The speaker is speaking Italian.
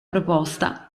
proposta